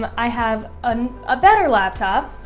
um i have um a better laptop